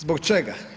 Zbog čega?